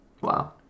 Wow